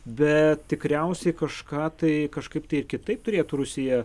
bet tikriausiai kažką tai kažkaip tai ir kitaip turėtų rusija